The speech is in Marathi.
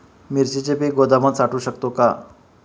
मिरचीचे पीक गोदामात साठवू शकतो का?